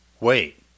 Wait